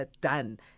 done